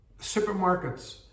supermarkets